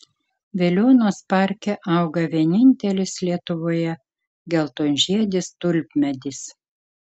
veliuonos parke auga vienintelis lietuvoje geltonžiedis tulpmedis